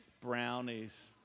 Brownies